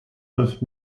neuf